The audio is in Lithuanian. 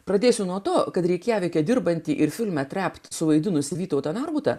pradėsiu nuo to kad reikjavike dirbantį ir filme trept suvaidinusį vytautą narbutą